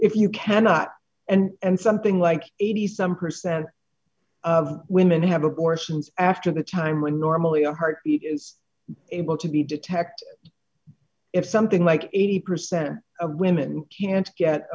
if you cannot and something like eighty some percent of women have abortions after the time when normally a heartbeat is able to be detected if something like eighty percent of women can't get a